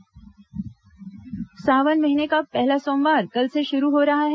सावन सोमवार सावन महीने का पहला सोमवार कल से शुरू हो रहा है